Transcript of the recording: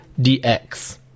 dx